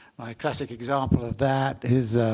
my classic example of that is